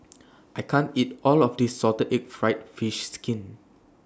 I can't eat All of This Salted Egg Fried Fish Skin